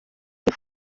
iyi